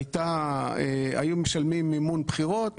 היו משלמים מימון בחירות,